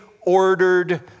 ordered